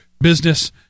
business